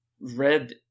Red